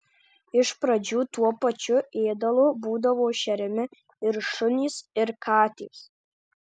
iš pradžių tuo pačiu ėdalu būdavo šeriami ir šunys ir katės